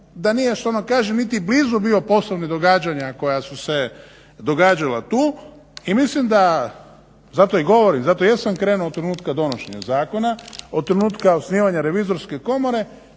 da nije što ono kažem bio ni blizu poslovnih događanja koja su se događala tu i mislim da zato i govorim, zato i jesam krenuo od trenutka donošenja zakona, od trenutka osnivanja revizorske komore